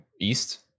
east